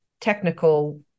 technical